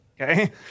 Okay